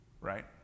right